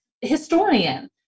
historian